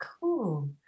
Cool